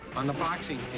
on the boxing